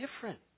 different